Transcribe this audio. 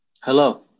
hello